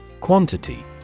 Quantity